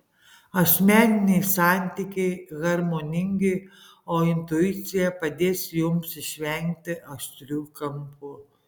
asmeniniai santykiai harmoningi o intuicija padės jums išvengti aštrių kampų